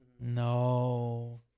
No